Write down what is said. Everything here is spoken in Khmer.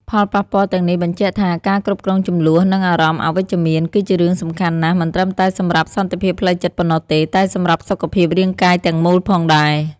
ផលប៉ះពាល់ទាំងនេះបញ្ជាក់ថា ការគ្រប់គ្រងជម្លោះ និងអារម្មណ៍អវិជ្ជមាន គឺជារឿងសំខាន់ណាស់មិនត្រឹមតែសម្រាប់សន្តិភាពផ្លូវចិត្តប៉ុណ្ណោះទេ តែសម្រាប់សុខភាពរាងកាយទាំងមូលផងដែរ។